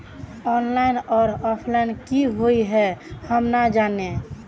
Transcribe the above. Online आर offline की हुई है हम ना जाने?